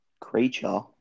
creature